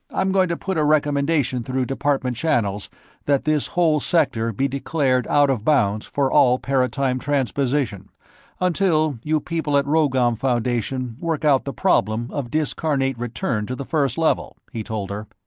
i'm going to put a recommendation through department channels that this whole sector be declared out of bounds for all paratime-transposition, until you people at rhogom foundation work out the problem of discarnate return to the first level, he told her.